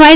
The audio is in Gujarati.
વાય